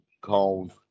called